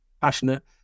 passionate